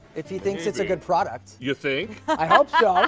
if he thinks it's a good product. you think. i hope so.